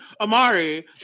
Amari